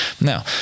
Now